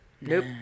Nope